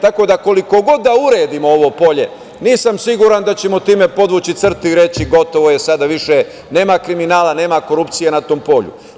Tako da koliko god da uredimo ovo polje nisam siguran da ćemo time podvući crtu i reći gotovo je, sada više nema kriminala, nema korupcije na tom polju.